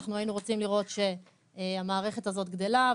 אנחנו היינו רוצים לראות שהמערכת הזאת גדלה,